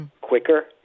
Quicker